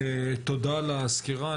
תודה על הסקירה.